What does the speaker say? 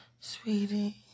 Sweetie